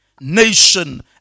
Nation